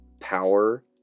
power